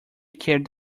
carried